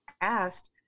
asked